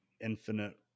Infinite